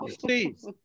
please